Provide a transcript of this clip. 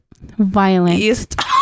violent